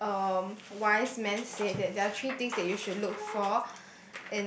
heard um wise man said that there are three things that you should look for